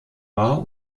war